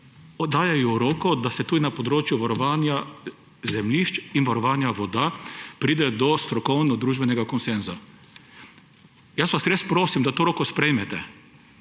ponujajo roko, da se tudi na področju varovanja zemljišč in varovanja voda pride do strokovno družbenega konsenza. Res vas prosim, da to roko sprejmete.